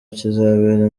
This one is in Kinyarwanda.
kizabera